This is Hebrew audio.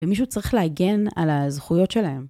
ומישהו צריך להגן על הזכויות שלהם.